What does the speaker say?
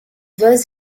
was